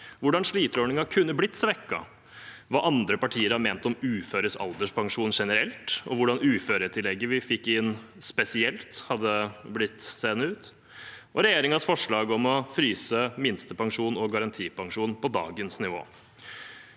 hvordan sliterordningen kunne blitt svekket, hva andre partier har ment om uføres alderspensjon generelt, hvordan uføretillegget vi fikk inn spesielt, hadde blitt seende ut, og regjeringens forslag om å fryse minstepensjon og garantipensjon på dagens nivå.